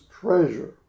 treasure